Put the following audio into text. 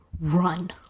Run